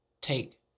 take